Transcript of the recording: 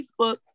Facebook